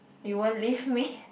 you won't leave me